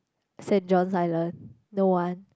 Saint-John's Island no one